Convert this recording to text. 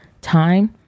time